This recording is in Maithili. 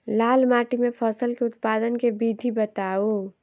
लाल माटि मे फसल केँ उत्पादन केँ विधि बताऊ?